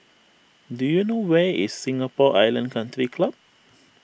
do you know where is Singapore Island Country Club